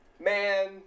man